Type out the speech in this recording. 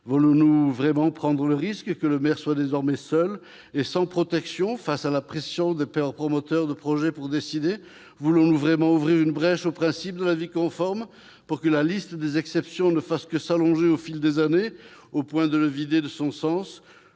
Voulons-nous vraiment prendre le risque que le maire soit désormais seul et sans protection face à la pression des promoteurs de projet pour décider ? Voulons-nous vraiment ouvrir une brèche au principe de l'avis conforme pour que la liste des exceptions ne fasse que s'allonger au fil des années, au point de le vider de son sens ?